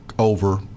over